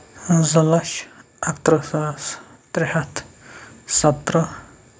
زٕ لَچھ اَکہٕ ترٕٛہ ساس ترٛےٚ ہَتھ سَتہٕ ترٕٛہ